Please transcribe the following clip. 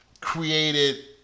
created